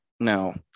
No